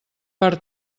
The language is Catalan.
per